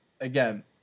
Again